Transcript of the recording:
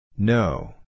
No